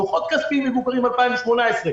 דוחות כספיים מבוקרים 2018,